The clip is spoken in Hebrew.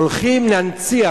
הולכים להנציח